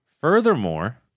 Furthermore